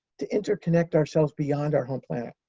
to interconnect ourselves beyond our home planet.